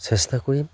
চেষ্টা কৰিম